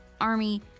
army